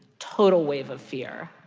total wave of fear.